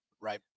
Right